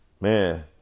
Man